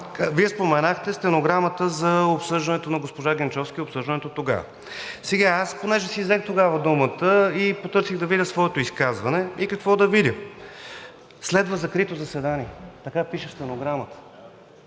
Вие споменахте стенограмата за обсъждането на госпожа Генчовска и обсъждането тогава. Понеже аз тогава взех думата, потърсих да видя своето изказване и какво да видя – „Следва закрито заседание“. Така пише в стенограмата.